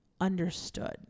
understood